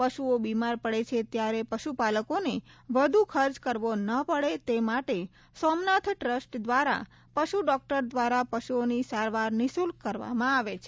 પશુઓ બિમાર પડે છે ત્યારે પશુપાલકોને વધુ ખર્ચ કરવો ન પડે તે માટે સોમનાથ ટ્રસ્ટ દ્વારા પશુ ડોક્ટર દ્વારા પશુઓની સારવાર નિઃશુલ્ક કરવામાં આવે છે